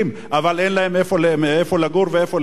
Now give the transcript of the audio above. אבל אין להם איפה לגור ואיפה לאכול.